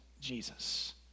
Jesus